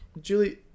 julie